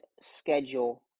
schedule